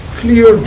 clear